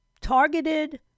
targeted